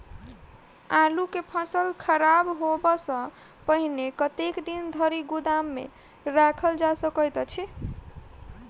आलु केँ फसल खराब होब सऽ पहिने कतेक दिन धरि गोदाम मे राखल जा सकैत अछि?